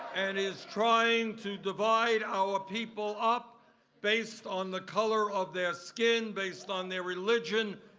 and is trying to divide our people up based on the color of their skin, based on their religion,